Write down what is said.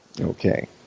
Okay